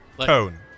Tone